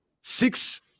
Six